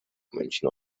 münchen